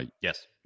Yes